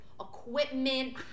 equipment